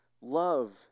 Love